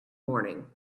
morning